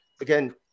again